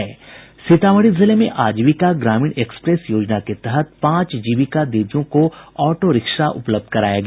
सीतामढ़ी जिले में आजीविका ग्रामीण एक्सप्रेस योजना के तहत पांच जीविका दीदीयों को ऑटो रिक्शा उपलब्ध कराया गया